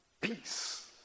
peace